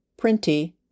Printy